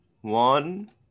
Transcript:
one